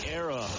era